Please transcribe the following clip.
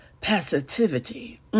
passivity